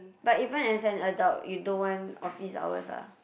but even as an adult you don't want office hours ah